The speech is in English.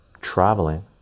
traveling